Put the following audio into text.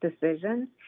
decisions